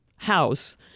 House